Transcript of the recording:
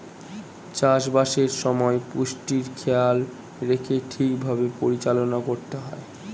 চাষ বাসের সময় পুষ্টির খেয়াল রেখে ঠিক ভাবে পরিচালনা করতে হয়